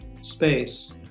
space